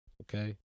Okay